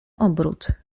obrót